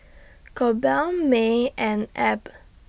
Colby May and Abb